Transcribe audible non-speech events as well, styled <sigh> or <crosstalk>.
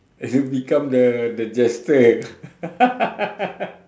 it's you become the the jester <laughs>